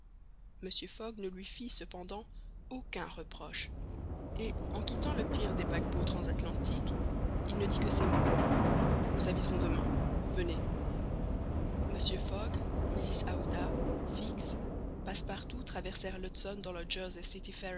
mr fogg ne lui fit cependant aucun reproche et en quittant le pier des paquebots transatlantiques il ne dit que ces mots nous aviserons demain venez mr fogg mrs aouda fix passepartout traversèrent l'hudson dans le